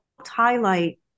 highlight